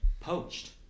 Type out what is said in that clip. poached